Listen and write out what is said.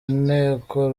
nteko